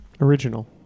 Original